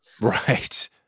right